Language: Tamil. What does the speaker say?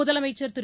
முதலமைச்சர் திரு